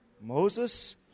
Moses